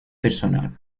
personal